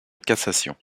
cassation